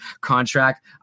contract